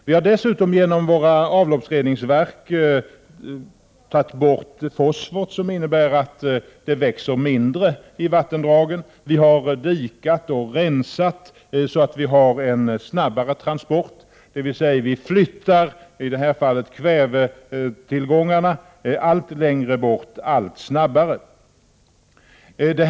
Vi har dessutom genom våra avloppsreningsverk tagit bort fosforn, som innebär att det växer mindre i vattendragen, vi har dikat och rensat så att vi fått en snabbare transport, dvs. vi flyttar i det här fallet kvävetillgångarna allt snabbare allt längre bort.